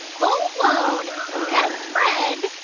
full-blown best-friend-mindy